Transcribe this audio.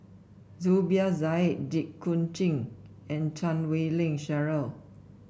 Zubir Said Jit Koon Ch'ng and Chan Wei Ling Cheryl